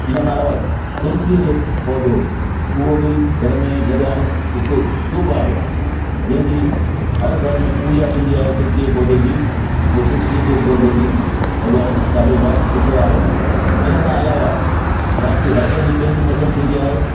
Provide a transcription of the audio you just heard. इन खां अलावा तुलसीअ जो पौधो उहो बि घर में लॻाइणु हिकु शुभ आहे जंहिंजी हर घर में पूॼा थींदी आहे तुलसीअ जे पौधे जी हो तुलसीअ जो पौधो बि लॻाइणु ॾाढो वाजिब सुठो आहे इन खां अलावा बाक़ी हर कंहिंजी पंहिंजी पसंदि थींदी आहे